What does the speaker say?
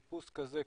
חיפוש כזה,